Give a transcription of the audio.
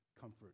comfort